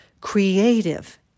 creative